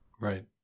Right